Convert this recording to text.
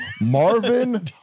Marvin